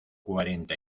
cuarenta